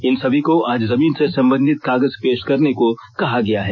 इन सभी को आज जमीन से संबंधित कागज पेष करने को कहा गया है